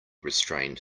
restrained